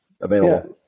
available